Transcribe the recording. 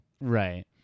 Right